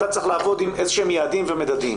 אתה צריך לעבוד עם איזה שהם יעדים ומדדים.